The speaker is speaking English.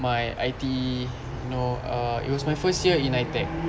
my I_T_E you know uh it was my first year in NITEC